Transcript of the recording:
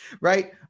Right